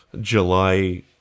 July